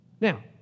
Now